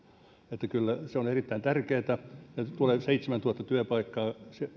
se on erittäin tärkeää tulee seitsemäntuhatta työpaikkaa